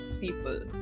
people